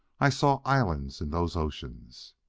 i saw islands in those oceans.